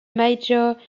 major